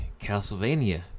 Castlevania